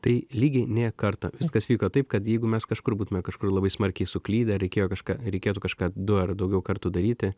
tai lygiai nė karto viskas vyko taip kad jeigu mes kažkur būtume kažkur labai smarkiai suklydę reikėjo kažką reikėtų kažką du ar daugiau kartų daryti